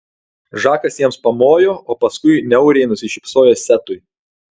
žakas jiems pamojo o paskui niauriai nusišypsojo setui